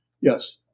Yes